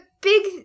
big